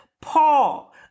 Paul